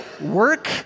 work